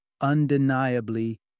undeniably